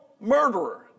murderer